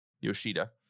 yoshida